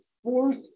Fourth